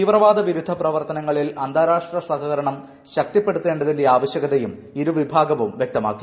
തീവ്രവാദ വിരുദ്ധ പ്രവർത്തനങ്ങളിൽ അന്താരാഷ്ട്ര സഹകരണം ശക്തിപ്പെടുത്തേ ണ്ടതിന്റെ ആവശ്യകതയും ഇരു വിഭാഗവും വ്യക്തമാക്കി